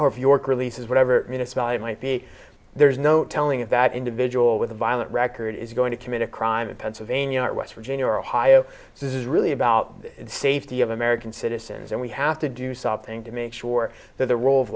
or if york releases whatever minutes well you might be there's no telling if that individual with a violent record is going to commit a crime in pennsylvania west virginia or ohio so this is really about the safety of american citizens and we have to do something to make sure that the role of